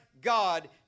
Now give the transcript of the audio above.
God